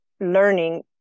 learning